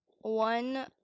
one